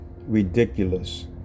ridiculous